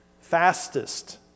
fastest